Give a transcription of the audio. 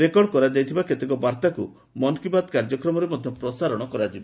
record କରାଯାଇଥିବା କେତେକ ବାର୍ତ୍ତାକୁ ମନ୍ କି ବାତ୍ କାର୍ଯ୍ୟକ୍ରମରେ ମଧ୍ୟ ପ୍ରସାରଣ କରାଯିବ